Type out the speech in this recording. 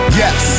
yes